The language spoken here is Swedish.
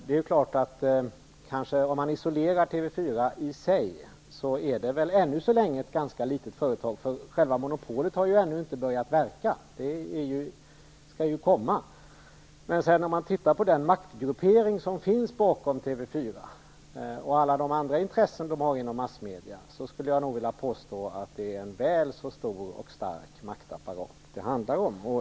Det är klart att TV 4 i sig ännu så länge kanske är ett ganska litet företag -- själva monopolet har ju ännu inte börjat verka; det skall ju komma. Men när man tittar på den maktgruppering som finns bakom TV 4 och alla de andra intressen som han har inom massmedia skulle jag nog vilja påstå att det är en väl så stor och stark maktapparat.